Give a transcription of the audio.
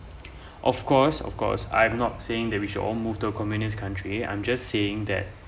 of course of course I'm not saying that we should all move to the communist country I'm just saying that